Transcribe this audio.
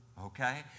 okay